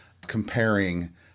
comparing